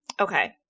okay